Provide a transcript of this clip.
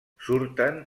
surten